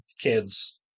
kids